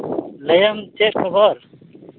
ᱞᱟᱹᱭᱟᱢ ᱪᱮᱫ ᱠᱷᱚᱵᱚᱨ